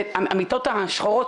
המיטות השחורות,